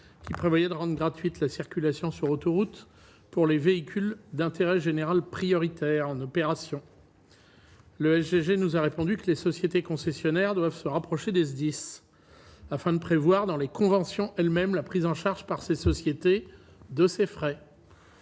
qui prévoyait de rendre gratuite la circulation sur autoroute pour les véhicules d'intérêt général prioritaires en opérations le MCG nous a répondu que les sociétés concessionnaires doivent se rapprocher des SDIS afin de prévoir dans les conventions, même la prise en charge par ces sociétés de ces frais